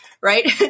right